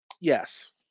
Yes